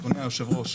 אדוני היושב-ראש,